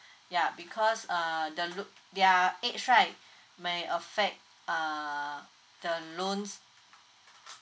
ya because uh the loan their age right may affect uh the loans